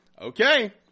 Okay